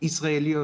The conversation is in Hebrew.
ישראליות